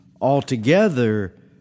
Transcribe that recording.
altogether